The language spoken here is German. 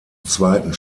zweiten